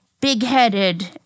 big-headed